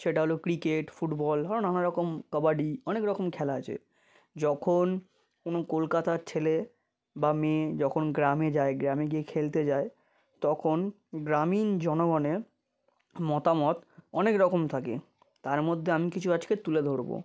সেটা হলো cricket football হ নানা রকম কবাডি অনেক রকম খেলা আছে যখন কোনো কলকাতার ছেলে বা মেয়ে যখন গ্রামে যায় গ্রামে গিয়ে খেলতে যায় তখন গ্রামীণ জনগণের মতামত অনেক রকম থাকে তার মধ্যে আমি কিছু আজকে তুলে ধরবো